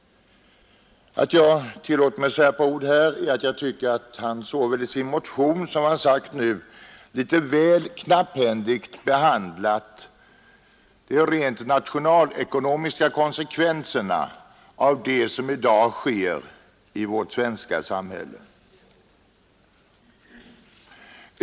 Att jag tillåter mig säga ett par ord här beror på att jag tycker att herr Sjönell såväl i sin motion som i sitt anförande nu litet väl knapphändigt har behandlat de rent nationalekonomiska konsekvenserna av det som i dag sker i vårt samhälle.